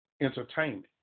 entertainment